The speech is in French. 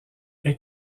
est